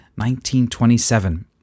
1927